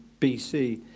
BC